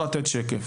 השקף